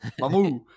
mamu